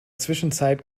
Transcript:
zwischenzeit